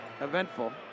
eventful